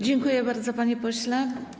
Dziękuję bardzo, panie pośle.